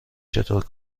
چطور